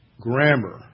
grammar